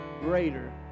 greater